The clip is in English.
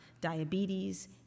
diabetes